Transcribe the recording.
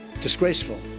disgraceful